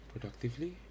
productively